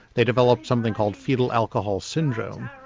they develop something called foetal alcohol syndrome,